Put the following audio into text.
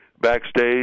backstage